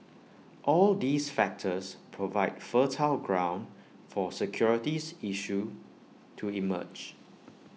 all these factors provide fertile ground for security issues to emerge